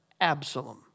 Absalom